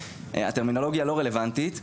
הטרמינולוגיה לא רלוונטית,